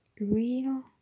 real